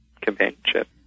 companionship